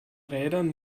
rädern